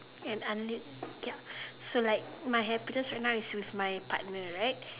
and unlimited ya so I my happiness now is with my partner right